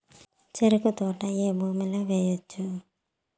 చెరుకు తోట ఏ భూమిలో వేయవచ్చు?